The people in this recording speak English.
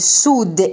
sud